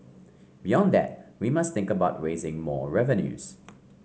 beyond that we must think about raising more revenues